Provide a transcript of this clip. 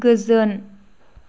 गोजोन